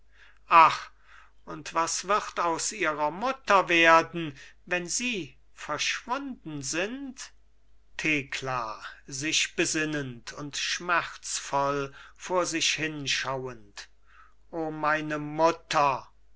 ach und was wird aus ihrer mutter werden wenn sie verschwunden sind thekla sich besinnend und schmerzvoll vor sich hinschauend o meine mutter